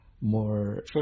more